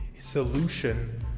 solution